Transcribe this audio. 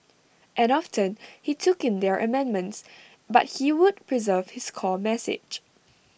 and often he took in their amendments but he would preserve his core message